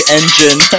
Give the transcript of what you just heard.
engine